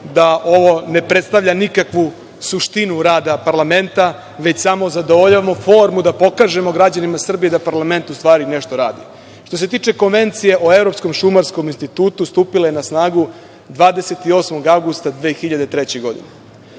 da ovo ne predstavlja nikakvu suštinu rada Parlamenta, već samo zadovoljavamo formu, da pokažemo građanima Srbije da Parlament, u stvari, nešto radi. Što se tiče Konvencije o Evropskom Šumarskom institutu stupila je na snagu 28. avgusta 2003.